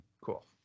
Cool